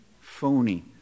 phony